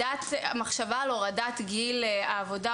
המחשבה על הורדת גיל העבודה,